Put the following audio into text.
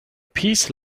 peace